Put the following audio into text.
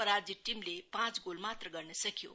पराजित टीमले पाँच गोल मात्र गर्न सक्यो